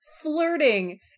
flirting